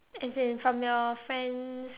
as in from your friends